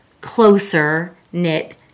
closer-knit